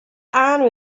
anne